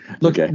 Look